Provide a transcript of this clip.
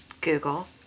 Google